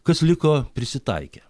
kas liko prisitaikė